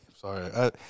Sorry